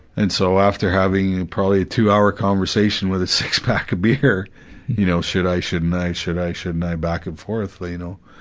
and so after having probably a two hour conversation with a six pack of beer, you know, should i, shouldn't i, should i, shouldn't i, back and forth, but you know,